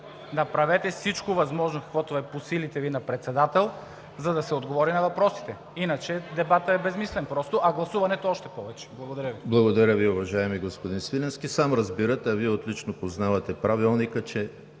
Направете всичко възможно, каквото е по силите Ви на председател, за да се отговори на въпросите! Иначе дебатът е безсмислен просто, а гласуването още повече! Благодаря Ви. ПРЕДСЕДАТЕЛ ЕМИЛ ХРИСТОВ: Благодаря Ви, уважаеми господин Свиленски. Сам разбирате, а Вие отлично познавате Правилника, че